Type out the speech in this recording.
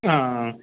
ஆ ஆ